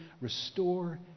restore